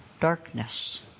darkness